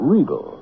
Regal